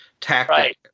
tactic